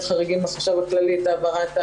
חריגים והחשב הכללי את העברת הסכומים.